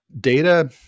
data